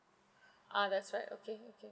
ah that's right okay okay